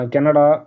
Canada